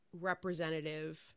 Representative